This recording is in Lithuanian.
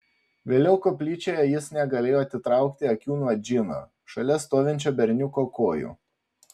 vėliau koplyčioje jis negalėjo atitraukti akių nuo džino šalia stovinčio berniuko kojų